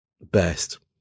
best